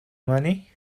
money